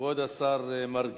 כבוד השר מרגי,